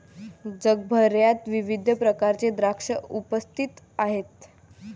जगभरात विविध प्रकारचे द्राक्षे उपस्थित आहेत